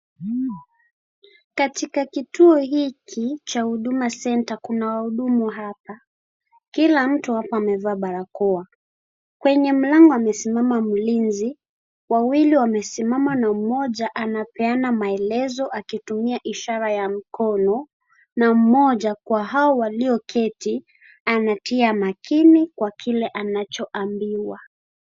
Katika kituo hiki cha Huduma Center kuna wahudumu hapa. Kila mtu hapa amevaa barakoa. Kwenye mlango amesimama mlinzi, wawili wamesimama na mmoja anapeana maelezo akitumia ishara ya mikono. Na mmoja kwa hao walioketi anatia makini kwa kile anachoambiwa.